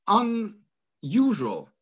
unusual